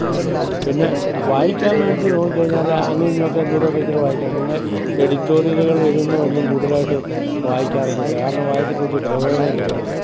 അങ്ങനെയൊക്കെ പിന്നെ വായിക്കാൻ വേണ്ടിയിട്ട് നോക്കി കഴിഞ്ഞാൽ അങ്ങും ഇങ്ങും ഒക്കെ എന്തെങ്കിലുമൊക്കെ ഇച്ചിരി വായിക്കാം പിന്നെ എഡിറ്റോറിയലുകൾ എഴുതുന്നതൊന്നും കൂടുതലായിട്ട് വായിക്കാറൊന്നും ഇല്ല കാരണം വായിച്ചിട്ട് വലിയ പ്രയോജനം ഇല്ലെന്നറിയാം